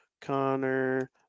Connor